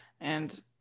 and-